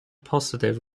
positive